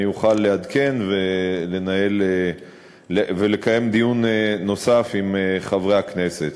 אני אוכל לעדכן ולקיים דיון נוסף עם חברי הכנסת.